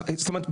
זאת אומרת,